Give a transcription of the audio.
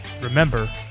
Remember